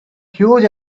huge